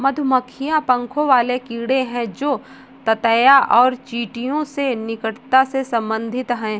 मधुमक्खियां पंखों वाले कीड़े हैं जो ततैया और चींटियों से निकटता से संबंधित हैं